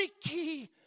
key